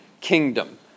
kingdom